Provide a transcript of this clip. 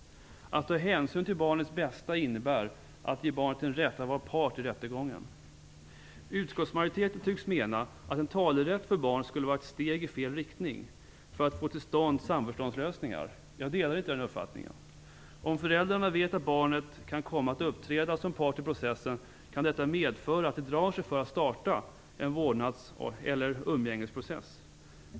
Att ta hänsyn till barnets bästa innebär att ge barnet en rätt att vara part i rättegången. Utskottsmajoriteten tycks mena att en talerätt för barn skulle vara "ett steg i fel riktning" för att få till stånd samförståndslösningar. Jag delar inte den uppfattningen. Om föräldrarna vet att barnet kan komma att uppträda som part i processen kan detta medföra att de drar sig för att starta en vårdnads eller umgängesprocess.